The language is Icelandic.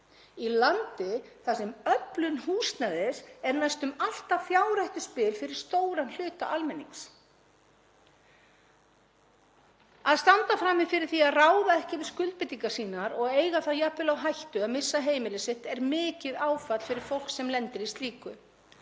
í landi þar sem öflun húsnæðis er næstum alltaf fjárhættuspil fyrir stóran hluta almennings? Að standa frammi fyrir því að ráða ekki við skuldbindingar sínar og eiga það jafnvel á hættu að missa heimili sitt er mikið áfall fyrir fólk sem lendir í slíku.